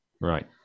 Right